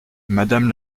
madame